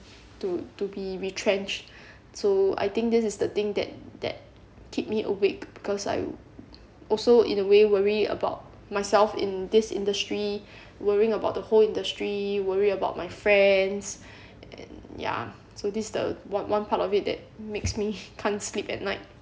to to be retrenched so I think this is the thing that that keep me awake because I'm also in a way worry about myself in this industry worrying about the whole industry worry about my friends and ya so this the one one part of it that makes me can't sleep at night